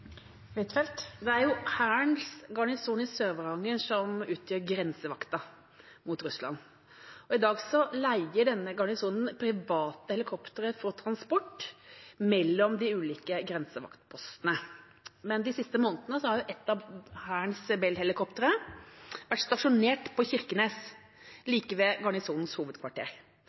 Huitfeldt. Det er jo Hærens garnison i Sør-Varanger som utgjør grensevakta mot Russland. I dag leier denne garnisonen private helikoptre for transport mellom de ulike grensevaktpostene. Men de siste månedene har ett av Hærens Bell-helikoptre vært stasjonert på Kirkenes like ved garnisonens hovedkvarter.